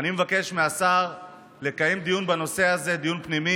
הנושא הזה הוא אירוע ענק.